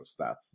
stats